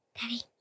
Daddy